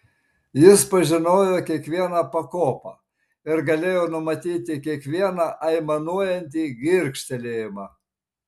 jis pažinojo kiekvieną pakopą ir galėjo numatyti kiekvieną aimanuojantį girgžtelėjimą